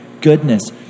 goodness